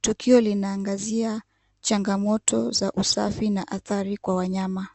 Tukio linaangazia changamoto za usafi na athari kwa wanyama.